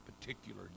particular